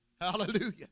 Hallelujah